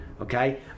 Okay